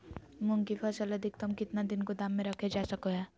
मूंग की फसल अधिकतम कितना दिन गोदाम में रखे जा सको हय?